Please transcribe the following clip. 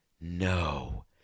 No